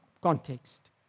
context